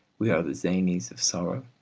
we are the zanies of sorrow.